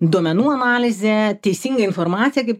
duomenų analizė teisinga informacija kaip